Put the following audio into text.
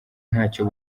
ntacyo